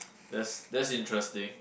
that's that's interesting